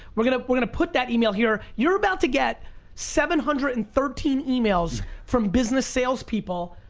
we're gonna put gonna put that email here. you're about to get seven hundred and thirteen emails from business sales people.